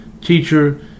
Teacher